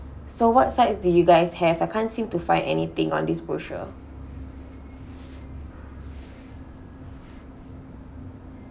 so what sides do you guys have I can't seem to find anything on this browser